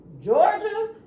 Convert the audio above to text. georgia